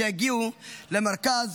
שיגיעו למרכז,